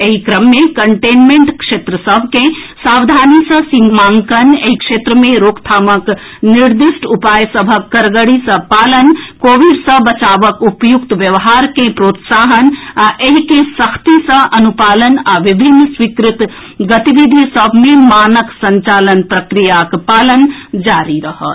एहि क्रम मे कंटेनमेंट क्षेत्र सभ के सावधानी सँ सीमाकन एहि क्षेत्र मे रोकथामक निर्दिष्ट उपाय सभक कड़गरी सँ पालन कोविड सँ बचावक उपयुक्त व्यवहार के प्रोत्साहन आ एहि के सख्ती सँ अनुपालन आ विभिन्न स्वीकृत गतिविधि सभ मे मानक संचालन प्रक्रियाक पालन जारी रहत